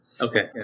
Okay